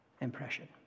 impression